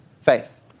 faith